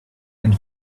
and